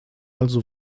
also